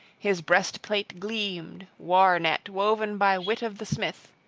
his breastplate gleamed, war-net woven by wit of the smith